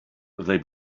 they